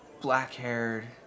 Black-haired